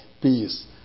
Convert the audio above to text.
peace